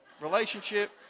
relationship